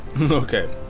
Okay